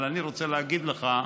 אבל אני רוצה להגיד לך: